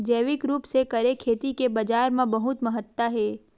जैविक रूप से करे खेती के बाजार मा बहुत महत्ता हे